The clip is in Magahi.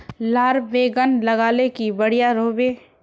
लार बैगन लगाले की बढ़िया रोहबे?